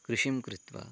कृषिं कृत्वा